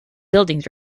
buildings